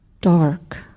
dark